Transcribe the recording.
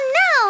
no